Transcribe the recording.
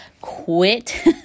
quit